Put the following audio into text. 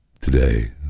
today